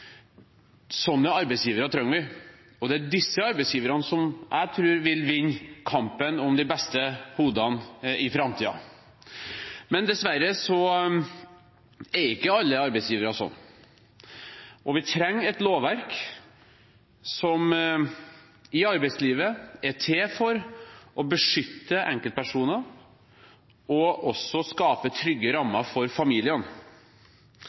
er disse arbeidsgiverne som jeg tror vil vinne kampen om de beste hodene i framtiden. Men dessverre er ikke alle arbeidsgivere slik, og vi trenger et lovverk i arbeidslivet som er til for å beskytte enkeltpersoner, og også for å skape trygge rammer for familiene.